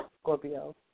Scorpio